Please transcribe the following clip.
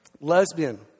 lesbian